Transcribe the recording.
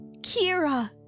Kira